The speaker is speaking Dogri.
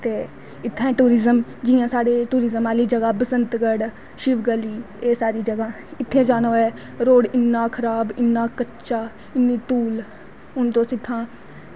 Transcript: इत्थें टुरिज्म जियां साढ़ी टुरिज्म आह्ली जगह बसंतगढ़ शिव गली एह् साढ़ी जगह इत्थें जाना होऐ ते रोड़ इन्ना खराब इन्ना कच्चा की हून तुस इत्थां किश